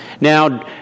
Now